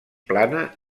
plana